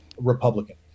Republican